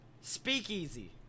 Speakeasy